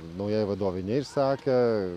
naujai vadovei neišsakė